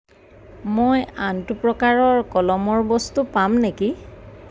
মই আনটো প্ৰকাৰৰ কলমৰ বস্তু পাম নেকি